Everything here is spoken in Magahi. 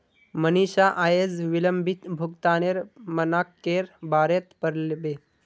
मनीषा अयेज विलंबित भुगतानेर मनाक्केर बारेत पढ़बे